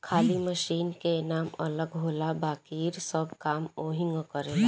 खाली मशीन के नाम अलग होला बाकिर सब काम ओहीग करेला